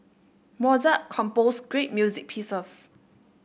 Mozart composed great music pieces